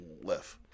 left